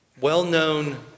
well-known